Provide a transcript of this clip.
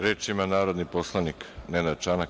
Reč ima narodni poslanik Nenad Čanak.